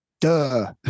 Duh